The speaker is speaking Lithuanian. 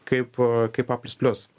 kaip kaip a plius plius